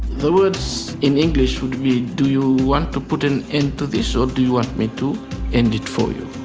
the words in english would be do you want to put an end to this or do you want me to end it for you?